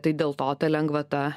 tai dėl to ta lengvata